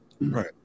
right